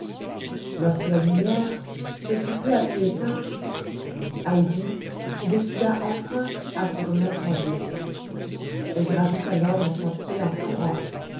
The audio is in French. lorsque la lumière se fut peu à peu éteinte heidi se décida enfin à se remettre en route elle gravit alors le sentier en courant